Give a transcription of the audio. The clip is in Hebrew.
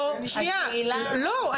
לא,